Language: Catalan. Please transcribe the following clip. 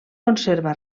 conserva